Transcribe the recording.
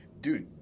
dude